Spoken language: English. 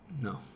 No